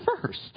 first